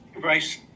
bryce